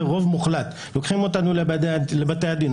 רוב מוחלט לוקחים אותנו לבתי הדין,